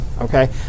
okay